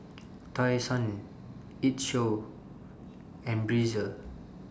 Tai Sun IT Show and Breezer